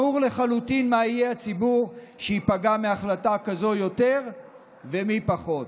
ברור לחלוטין מי יהיה הציבור שייפגע מהחלטה כזו יותר ומי פחות.